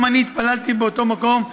גם אני התפללתי באותו מקום,